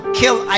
kill